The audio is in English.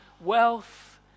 wealth